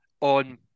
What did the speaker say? on